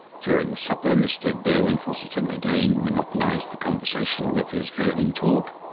during the supper mr. burwin-fosselton again monopolised the conversation with his irving talk,